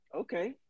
Okay